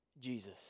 Jesus